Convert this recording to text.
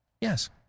Yes